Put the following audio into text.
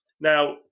Now